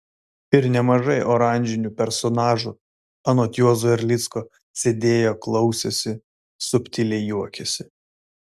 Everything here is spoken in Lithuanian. ir nemažai oranžinių personažų anot juozo erlicko sėdėjo klausėsi subtiliai juokėsi